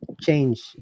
change